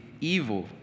evil